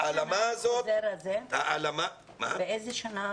באיזו שנה?